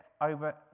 over